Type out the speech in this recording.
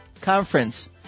conference